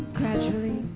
gradually,